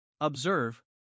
Observe